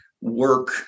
work